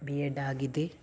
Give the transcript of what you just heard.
B Ed ಆಗಿದೆ